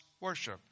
worship